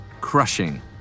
crushing